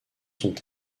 sont